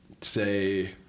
say